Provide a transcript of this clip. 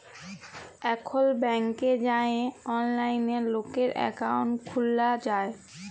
এখল ব্যাংকে যাঁয়ে অললাইলে লকের একাউল্ট খ্যুলা যায়